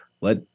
let